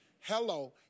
Hello